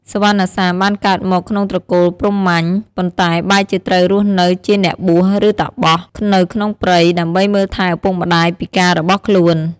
សុវណ្ណសាមបានកើតមកក្នុងត្រកូលព្រាហ្មណ៍ ប៉ុន្តែបែរជាត្រូវរស់នៅជាអ្នកបួស ឬតាបស នៅក្នុងព្រៃ ដើម្បីមើលថែឪពុកម្ដាយពិការរបស់ខ្លួន។